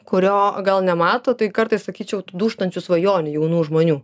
kurio gal nemato tai kartais sakyčiau tų dūžtančių svajonių jaunų žmonių